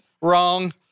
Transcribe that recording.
Wrong